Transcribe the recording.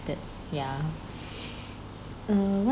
that ya mm what